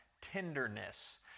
tenderness